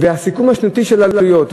סיכום שנתי של עלויות.